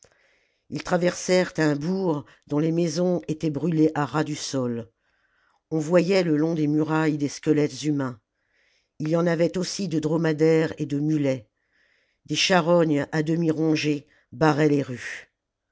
ils traversèrent un bourg dont les maisons étaient brûlées à ras du sol on voyait le long des murailles des squelettes humains il y en avait aussi de dromadaires et de mulets des charognes à demi rongées barraient les rues